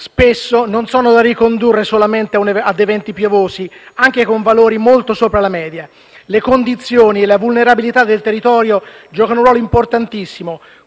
spesso, non sono da ricondurre solamente a eventi piovosi, anche con valori molto sopra la media. Le condizioni e la vulnerabilità del territorio giocano un ruolo importantissimo.